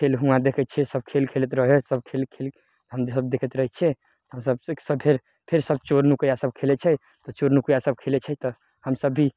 फेर वहाँ देखय छियै सभ खेल खेलैत रहय हइ सभ खेल खेल हमसभ देखैत रहय छियै हमसभ फेर फेर सभ चोर नुकैया सभ खेलय छै तऽ चोर नुकैया सभ खेलय छै तऽ हमसभ भी